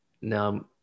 Now